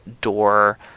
door